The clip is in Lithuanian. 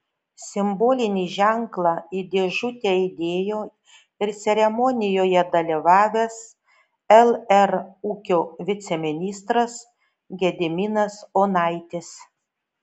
simbolinį ženklą į dėžutę įdėjo ir ceremonijoje dalyvavęs lr ūkio viceministras gediminas onaitis